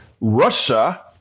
russia